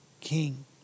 King